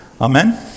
Amen